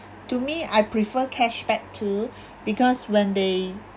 to me I prefer cashback too because when they